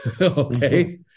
okay